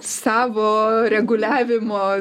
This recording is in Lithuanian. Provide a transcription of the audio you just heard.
savo reguliavimo